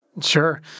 Sure